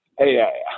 Hey